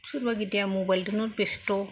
सोरबाबायदिया मबाइजोंनो बेस्त'